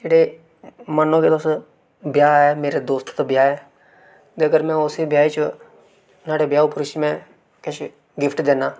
जेह्ड़े मन्नो के तुस ब्याह् ऐ मेरे दोस्त दा ब्याह् ऐ ते में अगर उसी ब्याहे च नुहाड़े ब्याह् उप्पर उसी में किश गिफ्ट दिन्ना